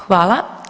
Hvala.